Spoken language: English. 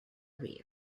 rear